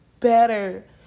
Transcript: Better